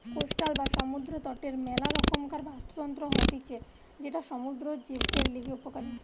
coastal বা সমুদ্র তটের মেলা রকমকার বাস্তুতন্ত্র হতিছে যেটা সমুদ্র জীবদের লিগে উপকারী